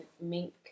mink